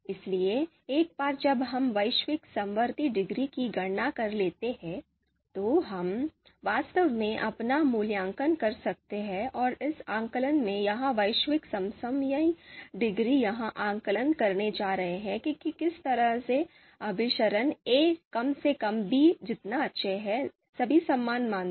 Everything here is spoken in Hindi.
इसलिए एक बार जब हम वैश्विक समवर्ती डिग्री की गणना कर लेते हैं तो हम वास्तव में अपना मूल्यांकन कर सकते हैं और इस आकलन में यह वैश्विक समसामयिक डिग्री यह आकलन करने जा रही है कि किस तरह से अभिसरण a कम से कम b जितना अच्छा है सभी सम्मान मानदंड